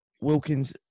Wilkins